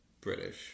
British